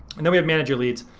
and then we have manager leads.